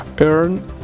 earn